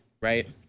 right